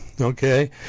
okay